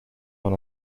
dans